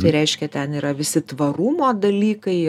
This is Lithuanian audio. tai reškia ten yra visi tvarumo dalykai